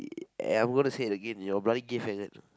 and I'm going to say it again you are a bloody gay faggot